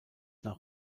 nach